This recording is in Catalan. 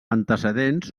antecedents